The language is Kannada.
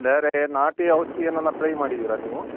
ಬೇರೆ ನಾಟಿ ಔಷದಿ ಏನಾರ ಟ್ರೈ ಮಾಡಿದೀರ ನೀವು